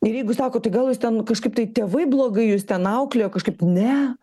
ir jeigu jis sako tai gal jus ten kažkaip tai tėvai blogai jus ten auklėjo kažkaip ne